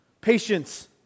patience